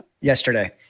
Yesterday